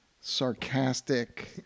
sarcastic